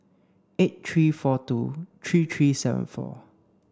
eight three four two three three seven four